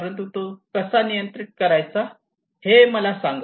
परंतु तो कसा नियंत्रित करायचा हे मला सांगा